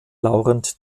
laurent